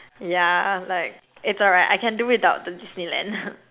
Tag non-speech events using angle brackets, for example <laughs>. yeah like it's alright I can do without the Disneyland <laughs>